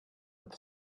with